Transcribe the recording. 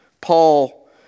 Paul